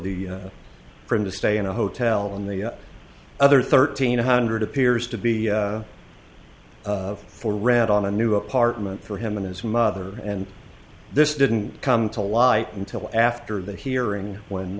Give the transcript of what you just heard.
the for him to stay in a hotel on the other thirteen hundred appears to be for rent on a new apartment for him and his mother and this didn't come to light until after the hearing when